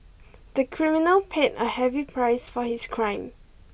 the criminal paid a heavy price for his crime